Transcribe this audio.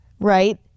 right